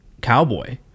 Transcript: cowboy